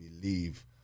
believe